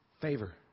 favor